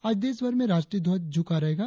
आज देशभर में राष्ट्रीय ध्वज झुका रहेगा